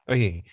Okay